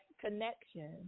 connection